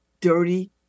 dirty